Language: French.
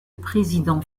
président